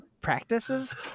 practices